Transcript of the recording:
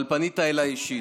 אבל פנית אליי אישית.